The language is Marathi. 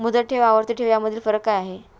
मुदत ठेव आणि आवर्ती ठेव यामधील फरक काय आहे?